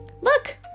Look